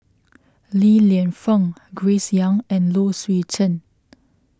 Li Lienfung Grace Young and Low Swee Chen